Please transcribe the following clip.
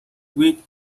with